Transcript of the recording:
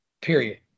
Period